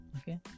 Okay